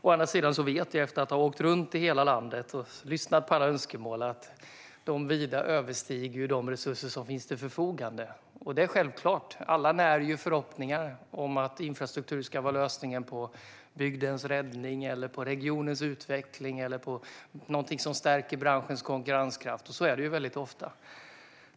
Å andra sidan vet jag, efter att ha åkt runt i hela landet och lyssnat på alla önskemål, att de vida överstiger de resurser som finns till förfogande. Det är självklart - alla när förhoppningar om att infrastruktur ska vara lösningen när det gäller bygdens räddning, regionens utveckling eller branschens stärkta konkurrenskraft. Så är det också väldigt ofta.